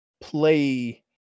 play